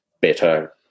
better